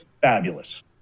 fabulous